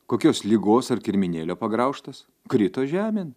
kokios ligos ar kirminėlio pagraužtas krito žemėn